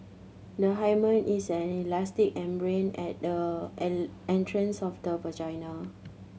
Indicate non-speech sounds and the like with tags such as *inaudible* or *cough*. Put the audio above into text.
the hymen is an elastic membrane at the *unintelligible* entrance of the vagina